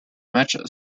match